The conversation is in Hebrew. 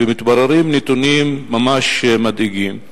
ומתבררים נתונים ממש מדאיגים,